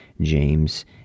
James